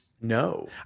No